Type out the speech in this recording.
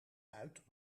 uit